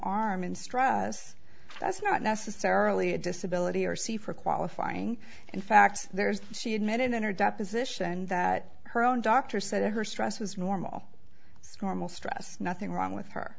rm in stress that's not necessarily a disability or c for qualifying in fact there's she admitted in her deposition that her own doctor said her stress was normal normal stress nothing wrong with her